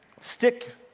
stick